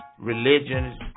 religions